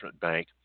bank